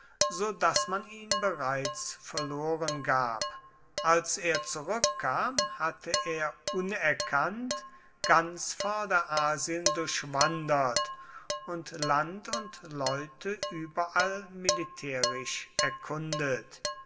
so daß man ihn bereits verloren gab als er zurückkam hatte er unerkannt ganz vorderasien durchwandert und land und leute überall militärisch erkundet